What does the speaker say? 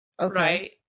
right